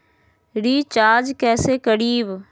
Recharge कैसे करीब?